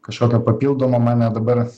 kažkokio papildomo man net dabar